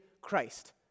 Christ